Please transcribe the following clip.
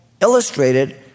illustrated